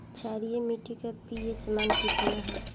क्षारीय मीट्टी का पी.एच मान कितना ह?